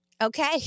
Okay